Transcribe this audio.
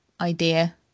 idea